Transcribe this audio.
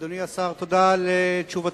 אדוני השר, תודה על תשובתך.